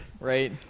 Right